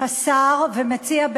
השר ומציע,